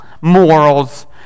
morals